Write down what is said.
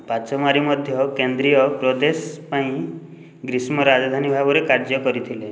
ପାଚମାରି ମଧ୍ୟ କେନ୍ଦ୍ରୀୟ ପ୍ରଦେଶ ପାଇଁ ଗ୍ରୀଷ୍ମ ରାଜଧାନୀ ଭାବରେ କାର୍ଯ୍ୟ କରିଥିଲେ